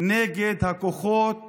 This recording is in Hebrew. נגד הכוחות